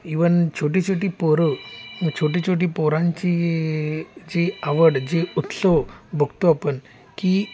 even छोटी छोटी पोरं छोटी छोटी पोरांची जी आवड जी उत्सव बघतो आपण की